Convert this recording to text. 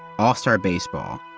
all-star baseball,